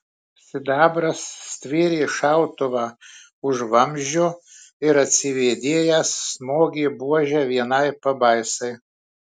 sidabras stvėrė šautuvą už vamzdžio ir atsivėdėjęs smogė buože vienai pabaisai